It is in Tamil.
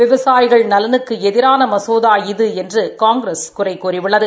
விவசாயிகள் நலனுக்கு எதிரான மசோதா இது என்று காங்கிரஸ் குறை கூறியுள்ளது